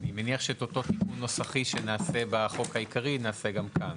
אני מניח שאת אותו תיקון נוסחי שנעשה בחוק העיקרי נעשה גם כאן,